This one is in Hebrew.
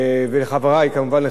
וכמובן,